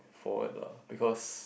forward lah because